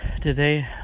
Today